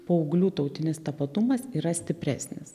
paauglių tautinis tapatumas yra stipresnis